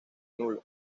nulo